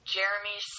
Jeremy